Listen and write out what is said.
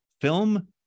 film